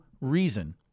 reason